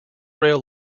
rail